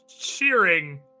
cheering